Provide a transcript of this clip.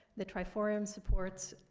the triforium supports,